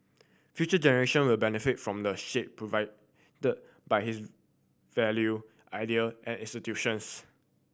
future generation will benefit from the shade provided by his value idea and institutions